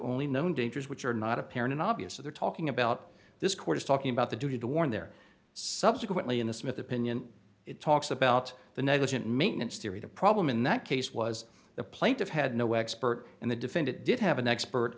only known dangers which are not apparent obvious so they're talking about this court is talking about the duty to warn their subsequently in the smith opinion it talks about the negligent maintenance theory the problem in that case was the plaintiff had no expert and the defendant did have an expert